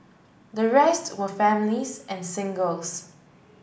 the rest were families and singles